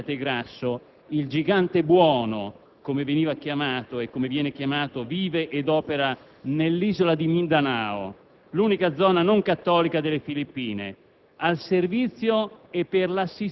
nelle Filippine dalla sua nativa Abbiategrasso, il «gigante buono» - come veniva e viene chiamato - vive ed opera nell'isola di Mindanao, l'unica zona non cattolica delle Filippine,